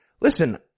Listen